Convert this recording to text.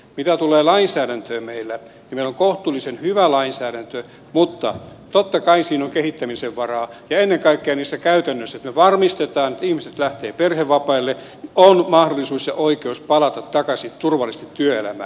mitä tulee lainsäädäntöön meillä niin meillä on kohtuullisen hyvä lainsäädäntö mutta totta kai siinä on kehittämisen varaa ja ennen kaikkea niissä käytännöissä että me varmistamme että kun ihmiset lähtevät perhevapaille heillä on mahdollisuus ja oikeus palata takaisin turvallisesti työelämään